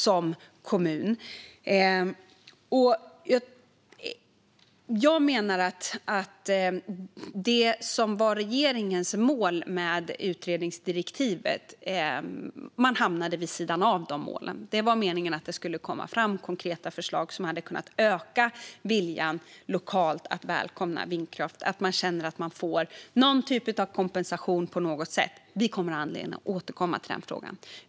Jag menar att man hamnade vid sidan av det som var regeringens mål med utredningsdirektivet. Det var meningen att det skulle komma fram konkreta förslag som kan öka viljan att välkomna vindkraft lokalt genom att man känner att man får någon typ av kompensation på något sätt. Vi kommer att ha anledning att återkomma till den frågan.